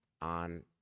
on